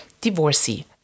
divorcee